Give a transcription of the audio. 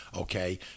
Okay